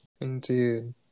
Indeed